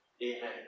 Amen